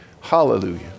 Hallelujah